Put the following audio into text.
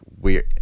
weird